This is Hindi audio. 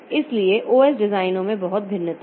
इसलिए OS डिज़ाइनों में बहुत भिन्नता है